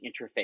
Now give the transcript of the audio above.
interface